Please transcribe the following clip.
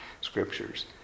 scriptures